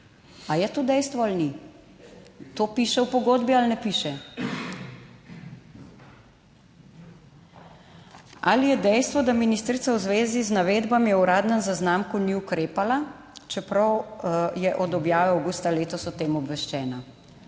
Ali je to dejstvo ali ni, to piše v pogodbi ali ne, piše? Ali je dejstvo, da ministrica v zvezi z navedbami v uradnem zaznamku ni ukrepala, čeprav je od objave avgusta letos o tem obveščena.